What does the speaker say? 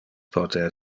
pote